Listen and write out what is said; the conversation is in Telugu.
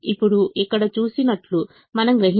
ఇప్పుడు ఇక్కడ చూపినట్లు మనము గ్రహించాము